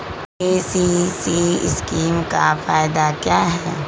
KCC scheme का फायदा क्या है?